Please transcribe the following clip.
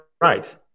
right